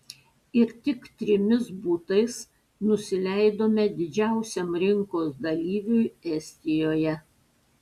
ir tik trimis butais nusileidome didžiausiam rinkos dalyviui estijoje